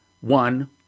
one